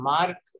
Mark